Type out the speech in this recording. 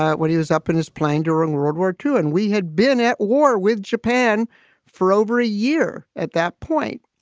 when he was up in his plane during world war two. and we had been at war with japan for over a year at that point.